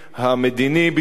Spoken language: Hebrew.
המדיני-ביטחוני,